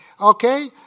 Okay